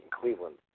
Cleveland